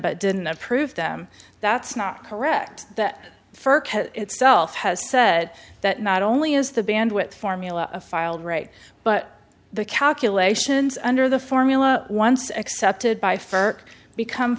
but didn't approve them that's not correct that further itself has said that not only is the bandwidth formula filed right but the calculations under the formula once accepted by ferk become